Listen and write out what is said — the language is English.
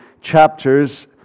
Chapters